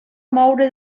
moure